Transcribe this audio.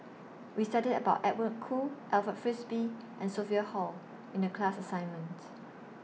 We studied about Edwin Koo Alfred Frisby and Sophia Hull in The class assignment